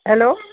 hello